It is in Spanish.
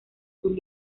sus